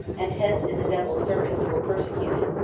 and hence in the devil's service, were persecuted.